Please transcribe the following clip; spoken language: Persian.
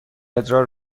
ادرار